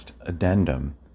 addendum